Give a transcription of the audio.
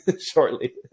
shortly